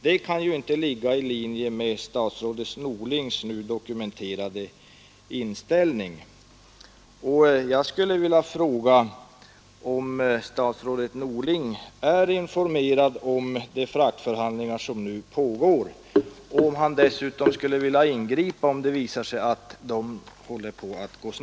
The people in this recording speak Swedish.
Det kan ju inte ligga i linje med statsrådet Norlings nu dokumenterade inställning. det visar sig att de håller på att gå snett? synpunkternas betydelse vid bedömningen av